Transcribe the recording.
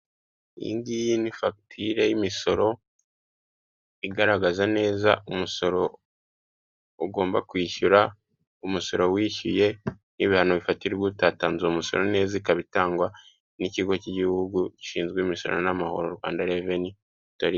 Iyi ngiyi ni fagitire y'imisoro igaragaza neza umusoro ugomba kwishyura, umusoro wishyuye, n'ibihano bifatirwa utatanze umusoro neza, ikaba itangwa n'ikigo cy'igihugu gishinzwe imisoro n'amahoro rwanda reveni.